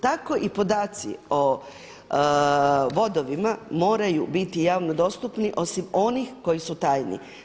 Tako i podaci o vodovima moraju biti javno dostupni osim onih koji su tajni.